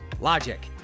logic